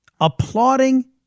applauding